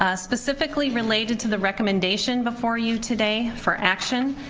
ah specifically related to the recommendation before you today for action,